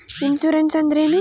Insurance ಅಂದ್ರೇನು?